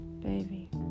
Baby